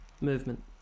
movement